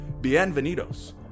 Bienvenidos